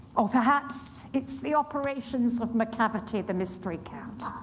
or, perhaps, it's the operations of macavity the mystery cat.